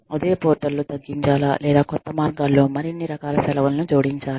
అదే పోర్టల్ లో తగ్గించాలా లేదా కొత్త మార్గాల్లో మరిన్ని రకాల సెలవులను జోడించాల